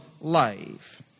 life